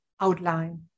outline